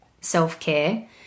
self-care